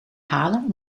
halen